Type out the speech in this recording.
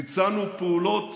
ביצענו פעולות